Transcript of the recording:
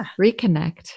reconnect